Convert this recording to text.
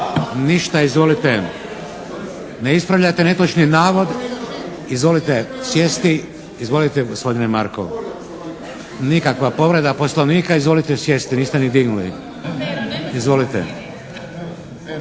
Ništa. Izvolite. Ne ispravljate netočno navod. Izvolite sjesti. Izvolite gospodine Markov. … /Upadica se ne čuje./ … Nikakva povreda Poslovnika. Izvolite sjesti, niste ni dignuli. Izvolite.